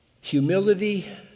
humility